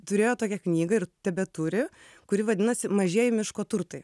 turėjo tokią knygą ir tebeturi kuri vadinasi mažieji miško turtai